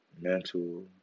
Mental